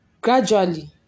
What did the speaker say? Gradually